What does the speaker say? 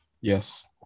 yes